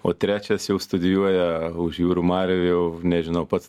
o trečias jau studijuoja už jūrų marių jau nežinau pats